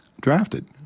drafted